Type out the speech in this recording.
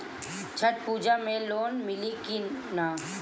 छठ पूजा मे लोन मिली की ना?